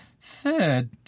Third